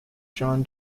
john